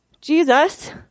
Jesus